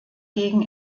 gegen